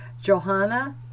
Johanna